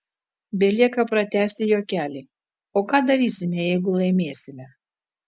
belieka pratęsti juokelį o ką darysime jeigu laimėsime